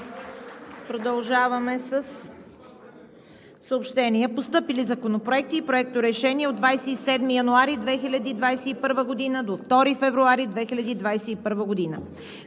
Продължаваме със съобщения: Постъпили законопроекти и проекторешения от 27 януари 2021 г. до 2 февруари 2021 г.